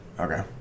okay